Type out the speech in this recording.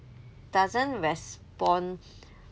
doesn't respond